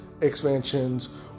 expansions